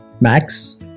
Max